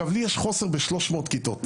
לי יש חוסר ב-300 כיתות